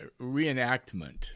reenactment